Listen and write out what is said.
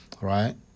right